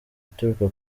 ituruka